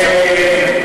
שמע לי, עזוב את זה.